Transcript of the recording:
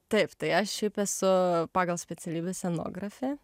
taip tai aš esu pagal specialybę scenografė